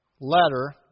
letter